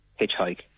hitchhike